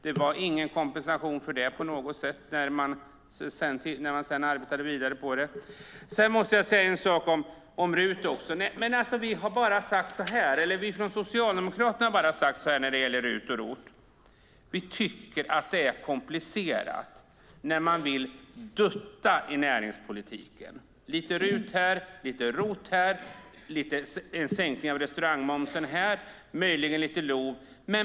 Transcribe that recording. Det gavs ingen kompensation för det när man sedan arbetade vidare på det. Jag måste också säga en sak om RUT. Vi från Socialdemokraterna har beträffande RUT och ROT bara sagt att vi tycker att det är komplicerat när man vill dutta i näringspolitiken - lite RUT här, lite ROT där, en sänkning av restaurangmomsen här, möjligen lite LOV där.